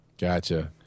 gotcha